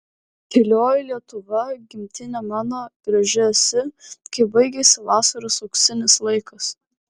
tylioji lietuva gimtine mano graži esi kai baigiasi vasaros auksinis laikas